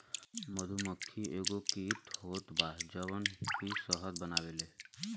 मधुमक्खी एगो कीट होत बा जवन की शहद बनावेले